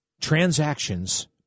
transactions